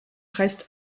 reste